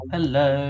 Hello